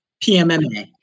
PMMA